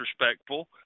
respectful